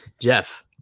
Jeff